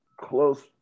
close